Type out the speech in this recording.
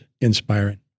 inspiring